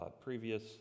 Previous